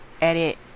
edit